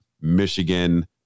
Michigan